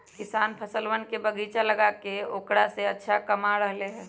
किसान फलवन के बगीचा लगाके औकरा से अच्छा कमा रहले है